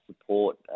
support